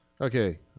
Okay